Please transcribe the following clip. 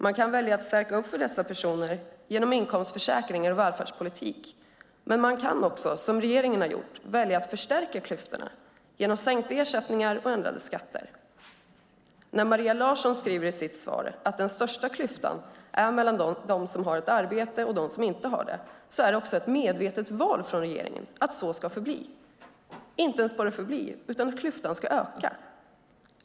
Man kan välja att stärka upp för dessa personer genom inkomstförsäkringar och välfärdspolitik. Men man kan också, som regeringen har gjort, välja att förstärka klyftorna genom sänkta ersättningar och ändrade skatter. När Maria Larsson skriver i sitt svar att den största klyftan är mellan dem som har ett arbete och dem som inte har det är det ett medvetet val från regeringen att det så ska förbli - inte ens bara förbli, utan klyftan ska öka.